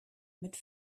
mit